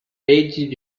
made